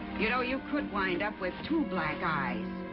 you know, you could wind up with two black eyes.